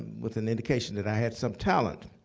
with an indication that i had some talent.